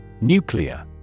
Nuclear